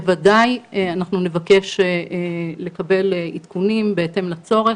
בוודאי שנבקש לקבל עדכונים בהתאם לצורך.